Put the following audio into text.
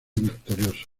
victorioso